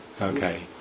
okay